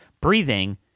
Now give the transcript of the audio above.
breathing